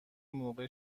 موقع